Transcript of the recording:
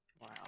Wow